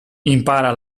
impara